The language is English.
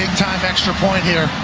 time. extra point here.